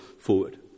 forward